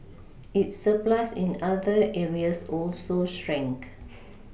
its surplus in other areas also shrank